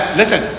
listen